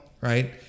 right